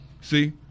See